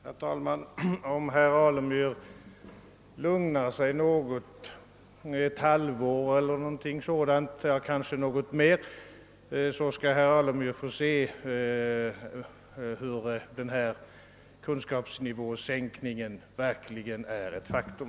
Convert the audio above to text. Herr talman! Om herr Alemyr lugnar sig något, ett halvår eller så, skall han få se att sänkningen av kunskapsnivån verkligen blir ett faktum.